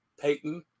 Peyton